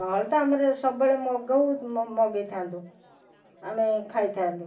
ନ ହେଲେ ତ ଆମର ସବୁବେଳେ ମଗଉ ମଗାଇଥାନ୍ତୁ ଆମେ ଖାଇଥାନ୍ତୁ